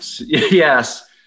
Yes